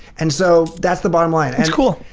and so, that's the bottom line. that's cool.